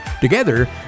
Together